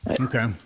Okay